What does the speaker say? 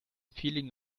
feeling